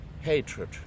hatred